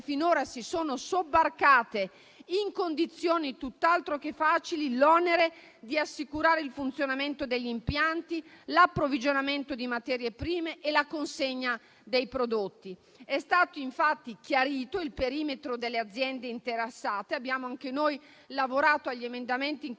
finora si sono sobbarcate, in condizioni tutt'altro che facili, l'onere di assicurare il funzionamento degli impianti, l'approvvigionamento di materie prime e la consegna dei prodotti. È stato infatti chiarito il perimetro delle aziende interessate e abbiamo anche noi lavorato agli emendamenti in